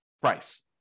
price